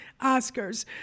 Oscars